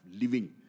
living